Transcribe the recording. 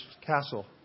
castle